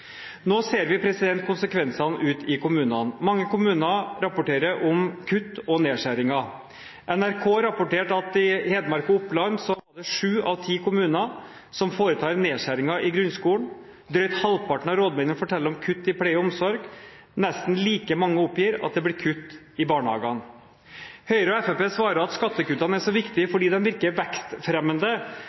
Nå ser vi konsekvensene ute i kommunene. Mange kommuner rapporterer om kutt og nedskjæringer. NRK rapporterte at i Hedmark og Oppland er det sju av ti kommuner som foretar nedskjæringer i grunnskolen. Drøyt halvparten av rådmennene forteller om kutt i pleie og omsorg. Nesten like mange oppgir at det blir kutt i barnehagene. Høyre og Fremskrittspartiet svarer at skattekuttene er så viktige fordi de virker vekstfremmende,